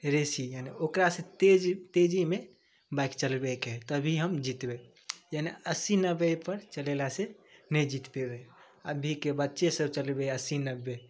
रेसी यानि ओकरासे तेज तेजीमे बाइक चलबैके हइ तभी हम जितबै यानि अस्सी नब्बेपर चलेलासे नहि जीति पेबै अभीके बच्चेसभ चलबै अस्सी नब्बे